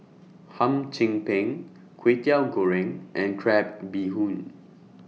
Hum Chim Peng Kway Teow Goreng and Crab Bee Hoon